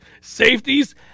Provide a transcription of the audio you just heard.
safeties